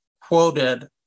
quoted